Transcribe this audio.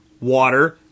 water